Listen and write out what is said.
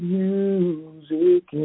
music